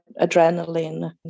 adrenaline